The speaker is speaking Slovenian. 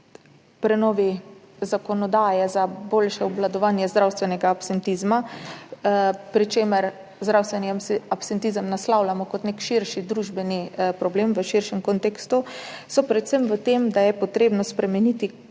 prenovi zakonodaje za boljše obvladovanje zdravstvenega absentizma, pri čemer zdravstveni absentizem naslavljamo kot nek širši družbeni problem v širšem kontekstu, so predvsem v tem, da je treba spremeniti